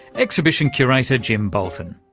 exhibition curator jim boulton.